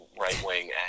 right-wing